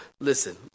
listen